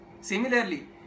Similarly